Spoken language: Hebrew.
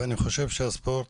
ואני חושב שהספורט